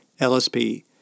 LSP